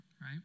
right